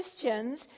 Christians